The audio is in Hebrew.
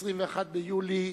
21 ביולי